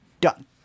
done